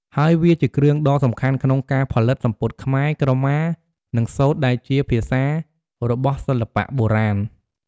ហើយវាជាគ្រឿងដ៏សំខាន់ក្នុងការផលិតសំពត់ខ្មែរ ក្រមា និងសូត្រដែលជាភាសារបស់សិល្បៈបុរាណ។